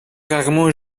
rarement